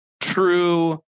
true